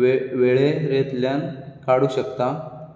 वळेरेंतल्यान काडूंक शकता